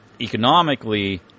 economically